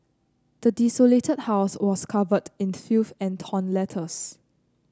the desolated house was covered in filth and torn letters